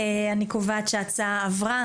אני קובעת שההצעה עברה.